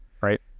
right